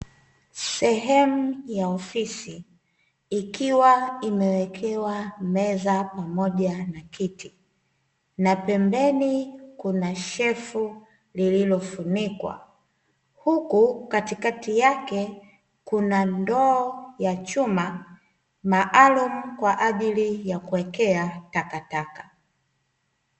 Sehemu ya ofisi, ikiwa imewekewa meza moja na kiti, na pembeni kuna shelfu lililofunikwa, huku katikati yake kuna ndoo ya chuma, maalumu kwa ajili ya kuwekea takataka.